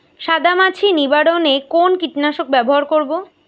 সাদা মাছি নিবারণ এ কোন কীটনাশক ব্যবহার করব?